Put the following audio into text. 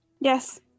Yes